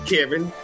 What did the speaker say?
Kevin